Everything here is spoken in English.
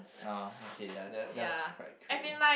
ah okay ya that that was quite cray